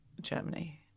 Germany